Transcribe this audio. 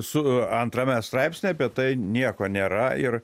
su antrame straipsnyje apie tai nieko nėra ir